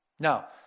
Now